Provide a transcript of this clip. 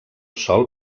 sol